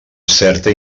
certa